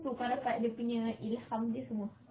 tu kau dapat ilham dia semua